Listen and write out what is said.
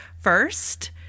first